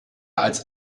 als